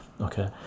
okay